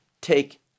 take